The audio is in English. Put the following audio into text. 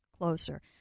closer